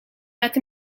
met